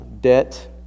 debt